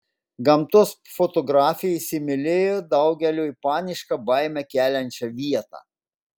gamtos fotografė įsimylėjo daugeliui panišką baimę keliančią vietą